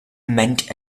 meant